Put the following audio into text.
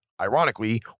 Ironically